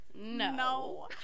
no